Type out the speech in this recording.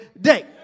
day